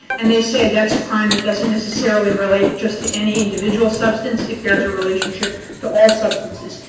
and they say that's a crime that doesn't necessarily relate just to any individual substance it bears a relationship to all substances.